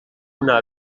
una